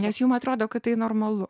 nes jum atrodo kad tai normalu